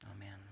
Amen